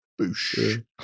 boosh